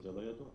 זה לא ידוע.